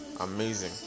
Amazing